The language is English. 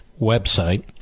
website